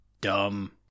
Dumb